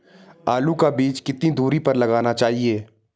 आलू का बीज कितनी दूरी पर लगाना चाहिए?